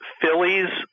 Phillies